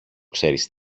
ξέρεις